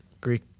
Greek